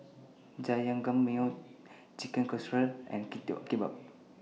Jajangmyeon Chicken Casserole and Kimbap